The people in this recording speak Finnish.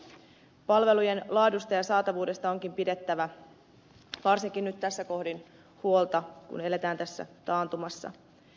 palvelujen laadusta ja saatavuudesta onkin pidettävä varsinkin nyt tässä kohdin huolta kun eletään tässä taantumassa